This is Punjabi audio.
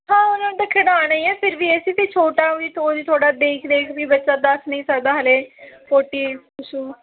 ਹਾਂ ਉਹਨਾਂ ਨੇ ਤਾਂ ਖਿਡਾਉਣਾ ਹੀ ਆ ਫਿਰ ਵੀ ਅਸੀਂ ਵੀ ਛੋਟਾ ਵੀ ਸੋਚ ਥੋੜ੍ਹਾ ਦੇਖ ਦੇਖ ਵੀ ਬੱਚਾ ਦੱਸ ਨਹੀਂ ਸਕਦਾ ਹਜੇ ਪੋਟੀ ਸ਼ੁਸ਼ੁ